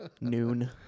noon